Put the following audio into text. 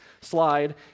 slide